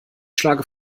schlage